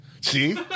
See